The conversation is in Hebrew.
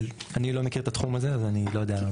אני לא מכיר את התחום הזה אז אני לא יודע לענות.